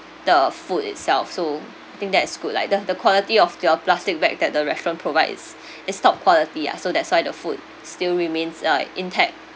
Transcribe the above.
the food itself so I think that's good like the the quality of your plastic bag that the restaurant provide is is top quality ah so that's why the food still remains uh intact